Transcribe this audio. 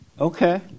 Okay